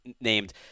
named